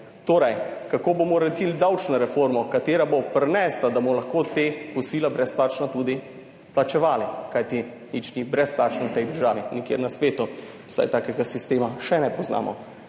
– kako bomo uredili davčno reformo, ki bo prinesla, da bomo lahko ta brezplačna kosila tudi plačevali. Kajti nič ni brezplačno v tej državi, nikjer na svetu, vsaj takega sistema še ne poznamo,